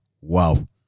Wow